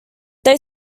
they